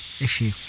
issue